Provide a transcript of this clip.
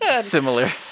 similar